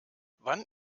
wann